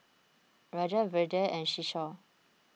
Rajat Vedre and Kishore